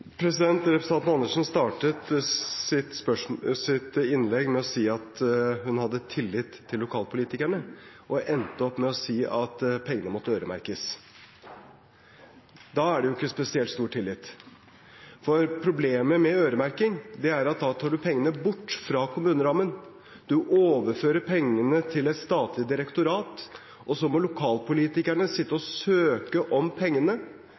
Representanten Andersen startet sitt innlegg med å si at hun hadde tillit til lokalpolitikerne, og endte opp med å si at pengene måtte øremerkes. Da er det jo ikke spesielt stor tillit. Problemet med øremerking er at du da tar pengene bort fra kommunerammen. Du overfører pengene til et statlig direktorat, og så må lokalpolitikerne sitte og søke om pengene.